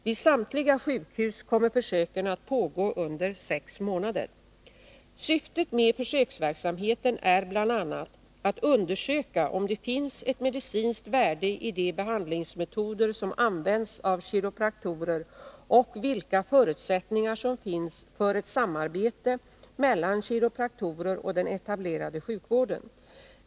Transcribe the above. Vid samtliga sjukhus kommer försöken att pågå under sex månader. Syftet med försöksverksamheten är bl.a. att undersöka om det finns ett medicinskt värde i de behandlingsmetoder som används av kiropraktorer och vilka förutsättningar som finns för ett samarbete mellan kiropraktorer och den etablerade sjukvården.